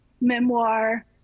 memoir